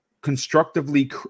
constructively